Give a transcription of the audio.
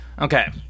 Okay